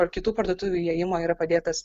ar kitų parduotuvių įėjimo yra padėtas